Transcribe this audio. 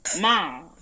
Mom